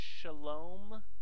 shalom